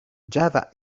java